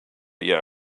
yet